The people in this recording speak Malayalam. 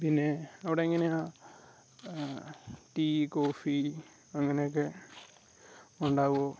പിന്നെ അവിടെ എങ്ങനെയാണ് ടീ കോഫി അങ്ങനെ ഒക്കെ ഉണ്ടാവോ